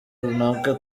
runaka